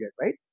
right